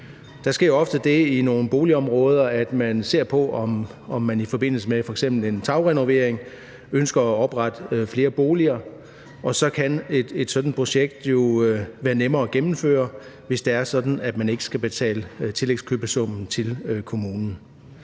Der sker ofte det i nogle boligområder, at man ser på, om man i forbindelse med f.eks. en tagrenovering ønsker at oprette flere boliger, og så kan et sådant projekt jo være nemmere at gennemføre, hvis det er sådan, at man ikke skal betale tillægskøbesummen til kommunen.